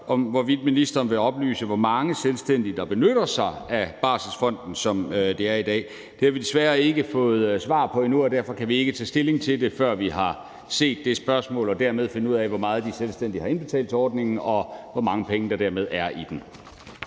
hvorvidt ministeren vil oplyse, hvor mange selvstændige der benytter sig af Barselsfonden, som det er i dag. Det har vi desværre ikke fået svar på endnu, og vi kan ikke tage stilling til det, før vi har set det svar og dermed har fundet ud af, hvor meget de selvstændige har indbetalt til ordningen, og hvor mange penge der dermed er i den.